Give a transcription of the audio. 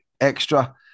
extra